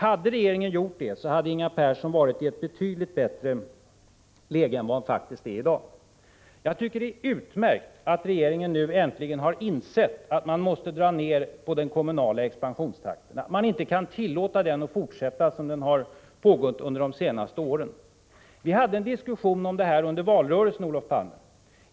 Hade regeringen gjort det, hade Inger Persson i dag varit i ett betydligt bättre läge än det hon faktiskt är i. Jag tycker det är utmärkt att regeringen nu äntligen har insett att man måste dra ner på den kommunala expansionstakten, att man inte kan tillåta den att fortsätta som under de senaste åren. Vi hade en diskussion om det här under valrörelsen, Olof Palme.